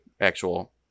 actual